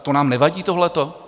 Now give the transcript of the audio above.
To nám nevadí, tohle?